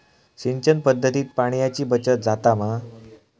सिंचन पध्दतीत पाणयाची बचत जाता मा?